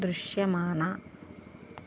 దృశ్యమాన